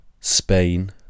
Spain